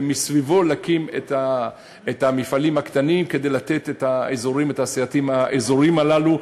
ומסביבו להקים את המפעלים הקטנים כדי לתת את האזורים התעשייתיים הללו,